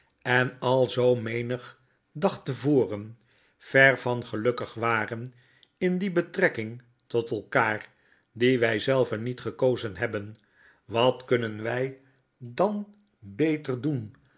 en al zoo menig dag te voren ver van gelukkig waren in die betrekking tot elkaar die wij zelven niet gekozen hebben wat kunnen wy dan beter doen